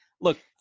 Look